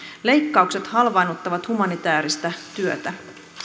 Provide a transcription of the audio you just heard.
leikkaukset halvaannuttavat humanitääristä työtä